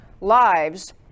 Lives